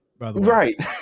right